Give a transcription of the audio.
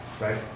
right